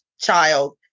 child